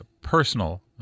personal